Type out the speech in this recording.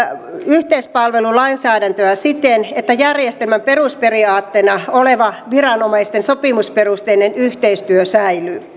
yhteispalvelulainsäädäntöä siten että järjestelmän perusperiaatteena oleva viranomaisten sopimusperusteinen yhteistyö säilyy